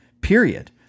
period